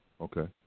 Okay